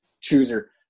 chooser